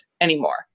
anymore